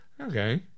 Okay